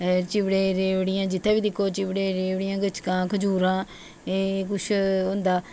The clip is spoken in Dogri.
चिबड़े रयोड़ियां जित्थै बी दिक्खो चिबड़े रयोड़ियां गचकां खजूरां एह ई कुछ होंदा